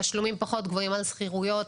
תשלומים פחות גבוהים על שכירויות,